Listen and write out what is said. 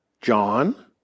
John